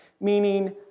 Meaning